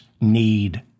need